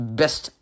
best